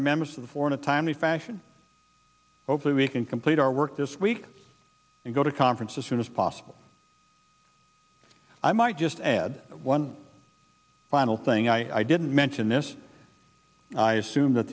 remembers of the four in a timely fashion hopefully we can complete our work this week and go to conference as soon as possible i might just add one final thing i didn't mention this i assume that